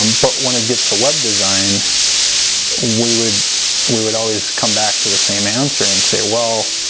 um but want to get to web design we would we would always come back to the same answer and say well